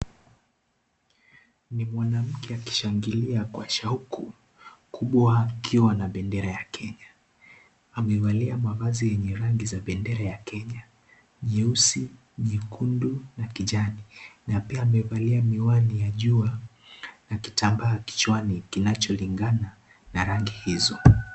Ni mwanamke, akishangilia kwa shauku kubwa akiwa na bendera ya Kenya. Amevalia mavazi yenye rangi za bendera ya Kenya, nyeusi, nyekundu na kijani. Na pia amevalia miwani ya jua na kitambaa kichwani, kinacholingana na rangi hizo.